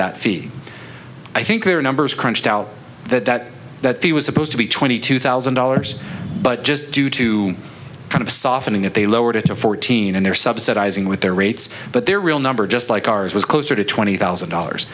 that fee i think their numbers crunched out that that that he was supposed to be twenty two thousand dollars but just due to kind of softening if they lowered it to fourteen and they're subsidizing with their rates but their real number just like ours was closer to twenty thousand dollars